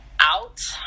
out